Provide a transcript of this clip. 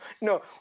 No